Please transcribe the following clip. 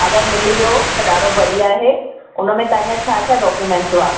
अगरि मिली वियो त ॾाढो बढ़िया आहे उन में तव्हांजा छा छा डॉक्यूमेंट हुआ